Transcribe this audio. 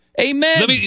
Amen